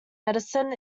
medicine